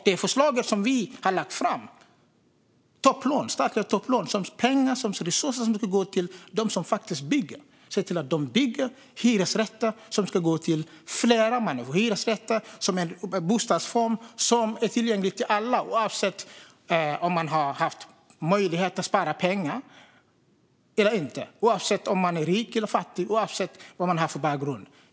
Det förslag som vi har lagt fram om statliga topplån och att resurser ska gå till dem som faktiskt bygger syftar till att se till att de bygger hyresrätter som är en bostadsform som är tillgänglig för alla - oavsett om man har haft möjlighet att spara pengar, oavsett om man är rik eller fattig och oavsett vad man har för bakgrund.